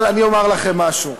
אבל אני אומר לכם משהו,